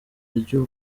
ry’u